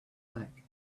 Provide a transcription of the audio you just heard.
think